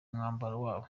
wabo